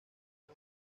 una